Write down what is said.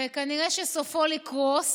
וכנראה שסופו לקרוס.